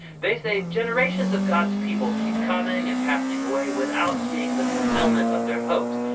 they say generations of god's people keep coming and passing away without seeing the fulfillment of their hopes.